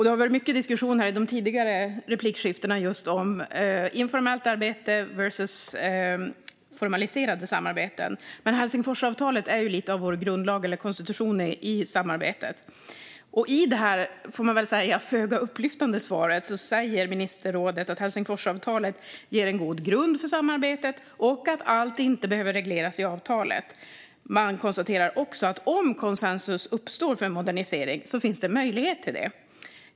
Det har varit mycket diskussion i de tidigare replikskiftena här just om informellt arbete versus formaliserade samarbeten, men Helsingforsavtalet är ju lite av vår grundlag eller konstitution i samarbetet. I sitt föga upplyftande svar säger ministerrådet att Helsingforsavtalet ger en god grund för samarbetet och att allt inte behöver regleras i avtalet. Man konstaterar också att om konsensus uppstår för en modernisering finns det möjlighet till det.